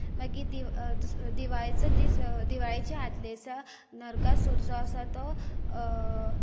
मागीर दिवाळेचो दीस दिवाळेच्या आदले दिसा नरकासूर जो आसा तो